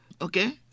Okay